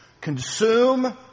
Consume